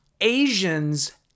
Asians